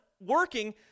working